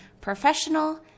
Professional